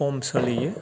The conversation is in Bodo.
खम सोलियो